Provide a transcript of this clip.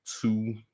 two